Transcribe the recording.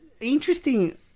interesting